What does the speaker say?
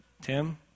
Tim